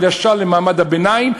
אבל ישר למעמד הביניים,